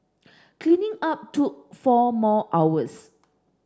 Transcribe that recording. cleaning up took four more hours